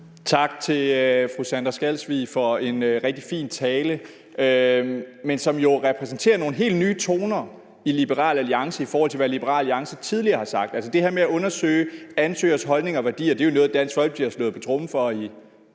Tak til fru Sandra Elisabeth Skalvig for en rigtig fin tale, som jo repræsenterer nogle helt nye toner i Liberal Alliance, i forhold til hvad Liberal Alliance tidligere har sagt. Det her med at undersøge ansøgeres holdninger og værdier er jo noget, Dansk Folkeparti har slået på tromme for i